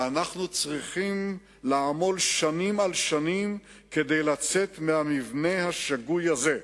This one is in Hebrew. ואנחנו צריכים לעמול שנים על שנים כדי לצאת מהמבנה השגוי הזה".